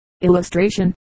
Illustration